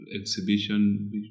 exhibition